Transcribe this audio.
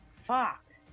Fuck